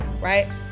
right